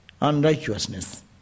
unrighteousness